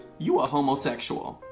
you a homosexual.